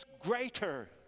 greater